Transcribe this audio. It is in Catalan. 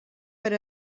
per